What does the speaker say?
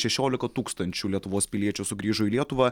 šešiolika tūkstančių lietuvos piliečių sugrįžo į lietuvą